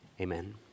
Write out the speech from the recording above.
Amen